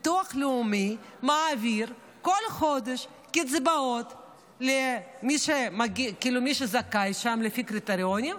ביטוח לאומי מעביר כל חודש קצבאות למי שזכאי שם לפי קריטריונים,